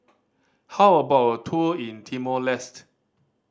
how about a tour in Timor Leste